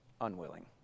unwilling